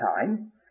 time